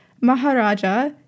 Maharaja